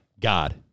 God